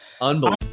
Unbelievable